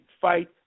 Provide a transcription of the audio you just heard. fight